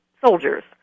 soldiers